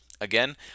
again